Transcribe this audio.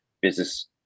business